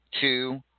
two